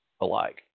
alike